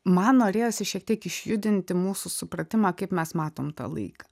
man norėjosi šiek tiek išjudinti mūsų supratimą kaip mes matom tą laiką